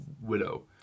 widow